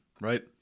right